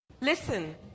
Listen